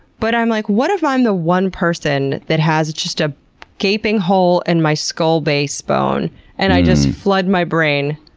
but i'm like, what if i'm the one person that has just a gaping hole in and my skull base bone and i just flood my brain?